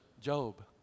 Job